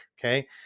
okay